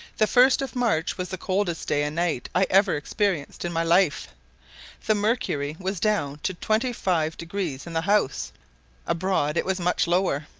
the first of march was the coldest day and night i ever experienced in my life the mercury was down to twenty five degrees in the house abroad it was much lower.